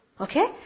Okay